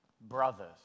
brothers